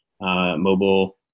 mobile